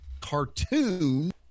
cartoon